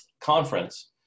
conference